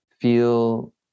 feel